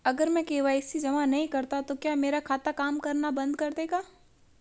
अगर मैं के.वाई.सी जमा नहीं करता तो क्या मेरा खाता काम करना बंद कर देगा?